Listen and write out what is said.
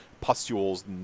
pustules